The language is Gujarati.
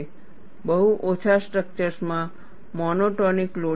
બહુ ઓછા સ્ટ્રક્ચર્સમાં મોનોટોનિક લોડિંગ હોય છે